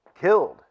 killed